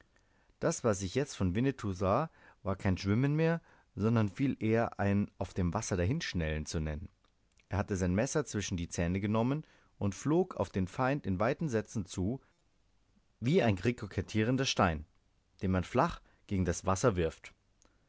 das was ich jetzt von winnetou sah war kein schwimmen sondern viel eher ein auf dem wasser hinschnellen zu nennen er hatte sein messer zwischen die zähne genommen und flog auf den feind in weiten sätzen zu wie ein ricochettierender stein den man flach gegen das wasser wirft